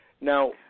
Now